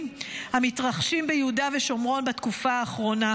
המתרחשים ביהודה ושומרון בתקופה האחרונה,